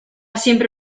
siempre